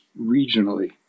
regionally